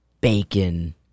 bacon